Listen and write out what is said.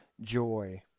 joy